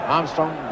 Armstrong